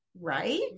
right